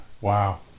wow